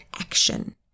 action